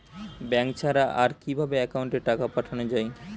Bank ছাড়া আর কিভাবে একাউন্টে টাকা পাঠানো য়ায়?